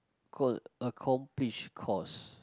call accomplish course